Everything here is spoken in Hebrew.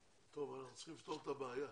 טוב, אנחנו צריכים לפתור את הבעיה.